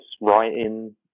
writing